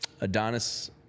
Adonis